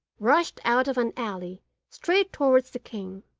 rushed out of an alley straight towards the king.